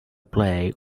play